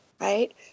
right